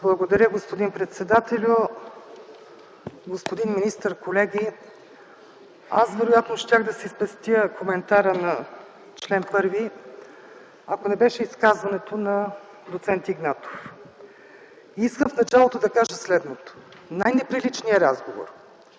Благодаря, господин председателю. Господин министър, колеги! Аз вероятно щях да си спестя коментара на чл. 1, ако не беше изказването на доц. Игнатов. Искам в началото да кажа следното: най-неприличният разговор,